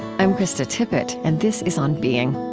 i'm krista tippett, and this is on being.